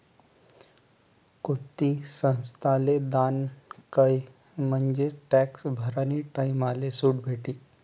कोणती संस्थाले दान कयं म्हंजे टॅक्स भरानी टाईमले सुट भेटी